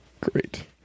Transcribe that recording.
Great